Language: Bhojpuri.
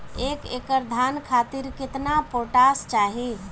एक एकड़ धान खातिर केतना पोटाश चाही?